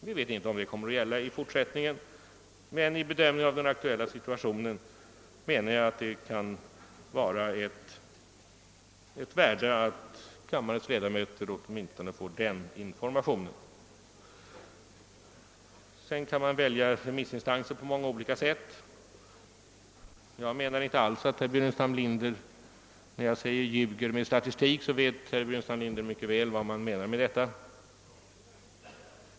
Vi vet inte om den fortsatta utvecklingen blir likadan, men vid bedömningen av den aktuella situationen anser jag att det kan vara av värde att kammarens ledamöter åtminstone får den informationen. Man kan välja remissinstanser på många olika sätt. När jag säger >»ljuger med statistik» vet herr Burenstam Linder mycket väl vad jag menar med detta.